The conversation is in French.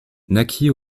naquit